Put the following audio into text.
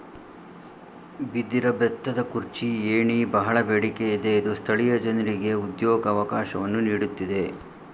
ಬಿದಿರ ಬೆತ್ತದ ಕುರ್ಚಿ, ಏಣಿ, ಬಹಳ ಬೇಡಿಕೆ ಇದೆ ಇದು ಸ್ಥಳೀಯ ಜನರಿಗೆ ಉದ್ಯೋಗವಕಾಶವನ್ನು ನೀಡುತ್ತಿದೆ